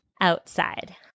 outside